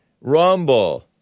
Rumble